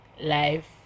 life